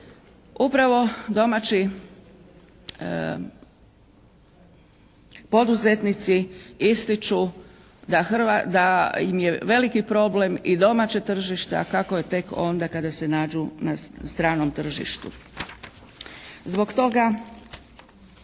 Upravo domaći poduzetnici ističu da im je veliki problem i domaće tržište, a kako je tek onda kada se nađu na stranom tržištu. Zbog toga